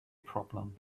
problem